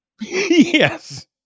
Yes